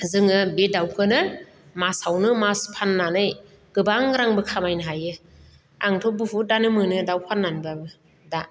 जोङो बे दाउखोनो मासावनो मास फाननानै गोबां रांबो खामायनो हायो आंथ' बुहुदआनो मोनो दाउ फाननानैब्लाबो दा